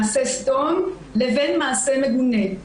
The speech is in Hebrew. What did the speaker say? מעשה סדום לבין מעשה מגונה.